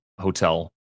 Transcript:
hotel